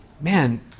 man